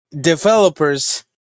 developers